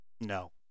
No